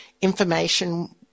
information